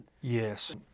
Yes